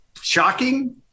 shocking